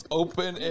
open